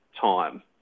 time